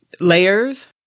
layers